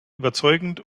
überzeugend